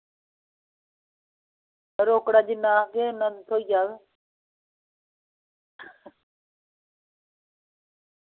रोकड़ा जिन्ना आक्खगे उ'न्ना थ्होई जाह्ग